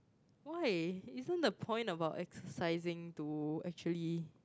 why isn't the point about exercising to actually